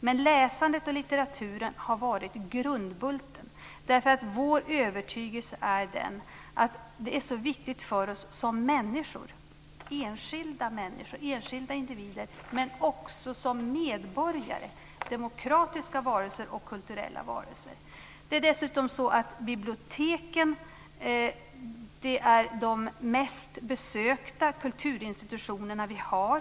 Men läsandet och litteraturen har varit grundbulten därför att vår övertygelse är att detta är så viktigt för oss som enskilda individer men också som medborgare - demokratiska varelser och kulturella varelser. Det är dessutom så att biblioteken är de mest besökta kulturinstitutioner vi har.